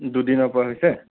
দুদিনৰ পৰা হৈছে